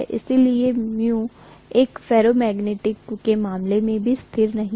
इसलिए μ एक ferromagnetic core के मामले में भी स्थिर नहीं है